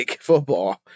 football